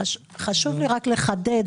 חשוב לי רק לחדד.